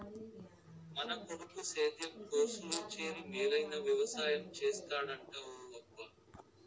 మన కొడుకు సేద్యం కోర్సులో చేరి మేలైన వెవసాయం చేస్తాడంట ఊ అనబ్బా